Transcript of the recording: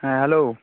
ᱦᱮᱸ ᱦᱮᱞᱳ